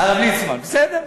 הרב ליצמן, בסדר.